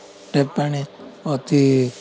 tap ପାଣି ଅତି